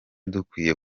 dukwiye